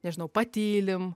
nežinau patylim